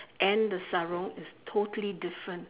and the sarung is totally different